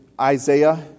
Isaiah